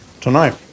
Tonight